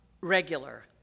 regular